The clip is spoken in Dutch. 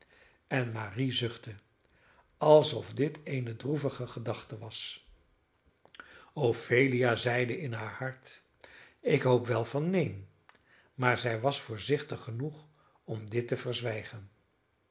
en marie zuchtte alsof dit eene droevige gedachte was ophelia zeide in haar hart ik hoop wel van neen maar zij was voorzichtig genoeg om dit te verzwijgen